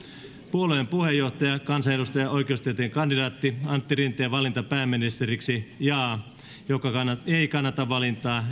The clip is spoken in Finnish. puolueen puheenjohtaja kansanedustaja oikeustieteen kandidaatti antti rinteen valinta pääministeriksi jaa joka ei kannata valintaa